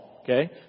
okay